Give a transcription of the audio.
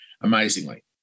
amazingly